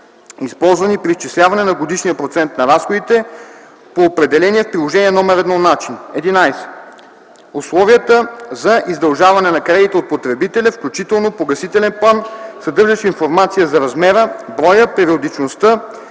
използвани при изчисляване на годишния процент на разходите по определения в Приложение № 1 начин; 11. условията за издължаване на кредита от потребителя, включително погасителен план, съдържащ информация за размера, броя, периодичността